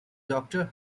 doctor